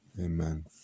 Amen